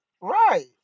Right